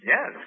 Yes